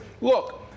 Look